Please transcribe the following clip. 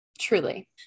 truly